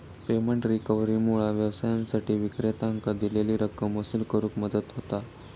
payment रिकव्हरीमुळा व्यवसायांसाठी विक्रेत्यांकां दिलेली रक्कम वसूल करुक मदत होता